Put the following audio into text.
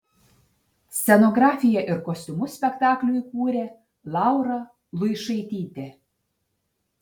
scenografiją ir kostiumus spektakliui kūrė laura luišaitytė